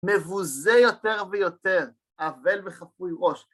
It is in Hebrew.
מבוזה יותר ויותר, אבל וחפוי ראש.